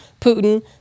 Putin